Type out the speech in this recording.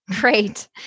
Great